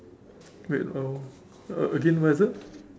wait oh a~ again where is it